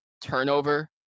turnover